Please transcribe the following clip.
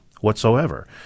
whatsoever